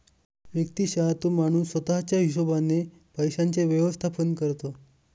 व्यक्तिशः तो माणूस स्वतः च्या हिशोबाने पैशांचे व्यवस्थापन करतो